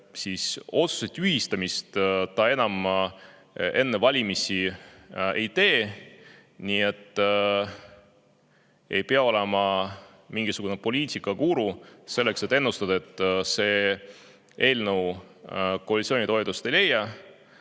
otsuse tühistamist ta enam enne valimisi ei tee. Ei pea olema mingisugune poliitikaguru selleks, et ennustada, et see eelnõu koalitsiooni toetust ei leia.